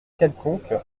quelconque